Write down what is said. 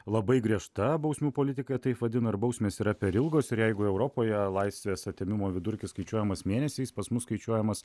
labai griežta bausmių politika taip vadina ir bausmės yra per ilgos ir jeigu europoje laisvės atėmimo vidurkis skaičiuojamas mėnesiais pas mus skaičiuojamas